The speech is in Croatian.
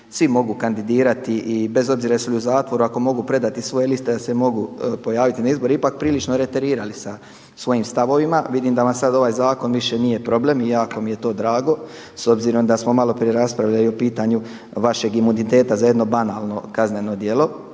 svi mogu kandidirati i bez obzira jesu li u zatvoru ako mogu predati svoje liste da se mogu pojaviti na izborima, ipak prilično reterirali sa svojim stavovima. Vidim da vam sada ovaj zakon više nije problem i jako mi je to drago s obzirom da smo malo prije raspravljali o pitanju vašeg imuniteta za jedno banalno kazneno djelo,